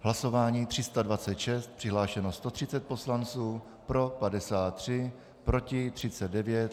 Hlasování 326, přihlášeno 130 poslanců, pro 53, proti 39.